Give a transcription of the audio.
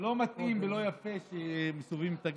לא מתאים ולא יפה שמסובבים את הגב,